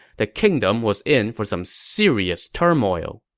the kingdom was in for some serious turmoil